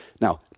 Now